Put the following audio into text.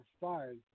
fired